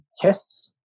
tests